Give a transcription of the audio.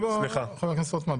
חבר הכנסת רוטמן,